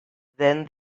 then